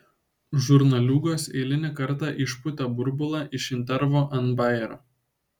žurnaliūgos eilinį kartą išpūtė burbulą iš intervo ant bajerio